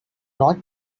not